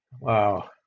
Wow